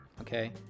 okay